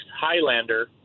Highlander